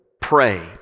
pray